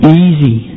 easy